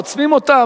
עוצמים אותן?